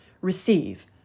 receive